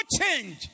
change